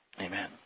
Amen